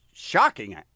Shocking